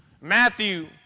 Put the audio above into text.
Matthew